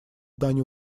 дань